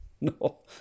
No